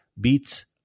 beats